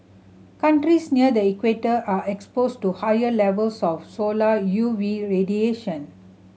countries near the equator are exposed to higher levels of solar U V radiation